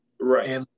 right